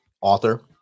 author